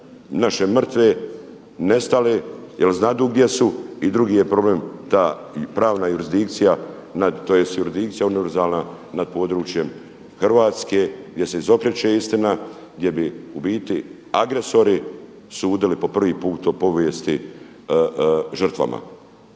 naše mrtve, nestale, jel znaju gdje su i drugi je problem ta pravna jurisdikcija tj. jurisdikcija univerzalna nad područjem Hrvatske gdje se izokreće istina, gdje bi u biti agresori sudili po prvi put u povijesti žrtvama.